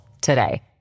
today